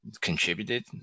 contributed